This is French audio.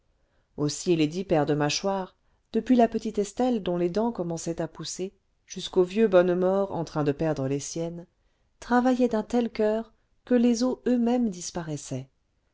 aussi les dix paires de mâchoires depuis la petite estelle dont les dents commençaient à pousser jusqu'au vieux bonnemort en train de perdre les siennes travaillaient d'un tel coeur que les os eux-mêmes disparaissaient